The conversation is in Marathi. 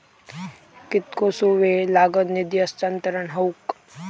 कितकोसो वेळ लागत निधी हस्तांतरण हौक?